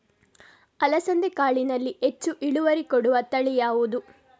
ಅಲಸಂದೆ ಕಾಳಿನಲ್ಲಿ ಹೆಚ್ಚು ಇಳುವರಿ ಕೊಡುವ ತಳಿ ಯಾವುದು?